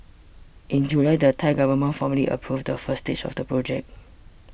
in July the Thai government formally approved the first stage of the project